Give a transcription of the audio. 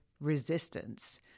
resistance